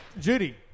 Judy